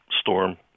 storm